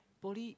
poly